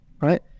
right